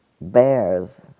Bears